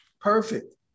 Perfect